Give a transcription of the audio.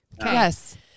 Yes